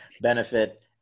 benefit